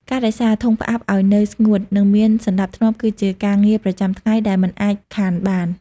ការថែរក្សា ធុងផ្អាប់ឱ្យនៅស្ងួត និងមានសណ្តាប់ធ្នាប់គឺជាការងារប្រចាំថ្ងៃដែលមិនអាចខានបាន។